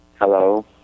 Hello